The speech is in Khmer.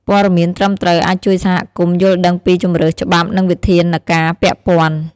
ព័ត៌មានត្រឹមត្រូវអាចជួយសហគមន៍យល់ដឹងពីជម្រើសច្បាប់និងវិធានការពាក់ព័ន្ធ។